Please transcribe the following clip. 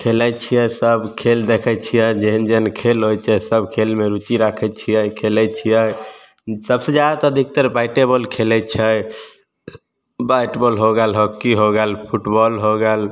खेलाइ छियै सब खेल देखै छियै जेहन जेहन खेल होइ छै सब खेलमे रुचि राखै छियै खेलै छियै सबसे जादा तऽ अधिकतर बैटेबाॅल खेलै छै बैटबाॅल हो गेल हॉक्की हो गेल फुटबॉल हो गेल